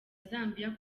zambia